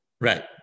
Right